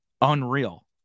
unreal